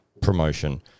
promotion